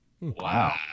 wow